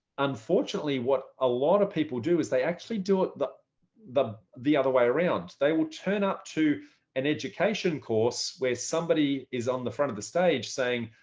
unfortunately, what a lot of people do is they actually do it that the the other way around. they will turn up to an education course where somebody is on the front of the stage saying,